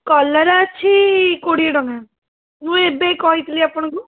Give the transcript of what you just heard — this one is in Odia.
କଲରା ଅଛି କୋଡ଼ିଏ ଟଙ୍କା ମୁଁ ଏବେ କହିଥିଲି ଆପଣଙ୍କୁ